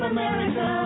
America